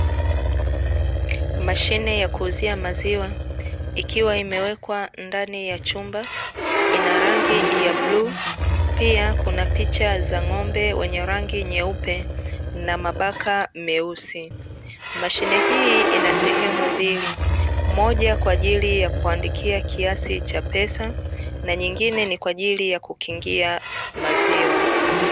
Mashine ya kuuza maziwa, ikiwa imewekwa ndani ya chumba, ina rangi ya bluu. Pia kuna picha za ng'ombe wenye rangi nyeupe na mabaka meusi. Mashine hii ina sehemu mbili; moja kwa ajili ya kuandikia kiasi cha pesa na nyingine ni kwa ajili ya kukingia maziwa.